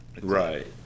Right